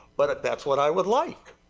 but that's what i would like.